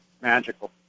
magical